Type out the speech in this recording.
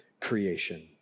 creation